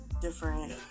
different